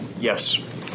Yes